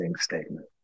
statement